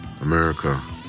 America